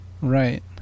Right